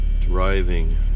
Driving